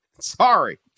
Sorry